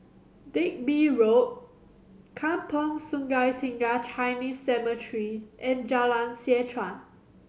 Digby Road Kampong Sungai Tiga Chinese Cemetery and Jalan Seh Chuan